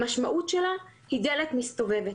המשמעות שלה היא דלת מסתובבת,